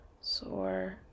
soar